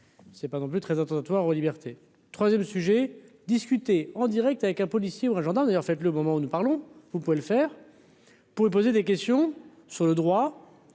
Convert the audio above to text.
C'est pas non plus très attentatoire aux libertés 3ème sujet discuter en Direct avec un policier ou un gendarme d'ailleurs fait le moment où nous parlons, vous pouvez le faire pour me poser des questions sur le droit